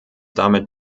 damit